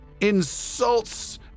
insults